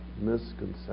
misconception